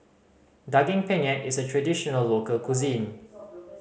Daging Penyet is a traditional local cuisine